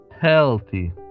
healthy